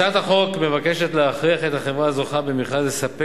הצעת החוק מבקשת להכריח את החברה הזוכה במכרז לספק